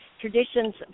traditions